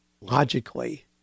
logically